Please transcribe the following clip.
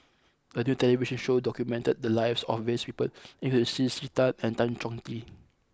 a new television show documented the lives of various people including C C Tan and Tan Chong Tee